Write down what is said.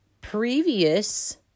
previous